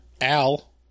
al